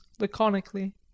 laconically